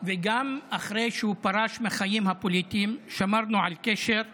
וגם אחרי שהוא פרש מהחיים הפוליטיים שמרנו על קשר אישי,